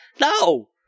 No